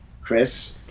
Chris